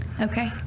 okay